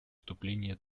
вступление